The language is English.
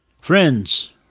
Friends